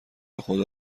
خدا